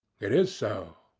it is so,